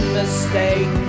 mistake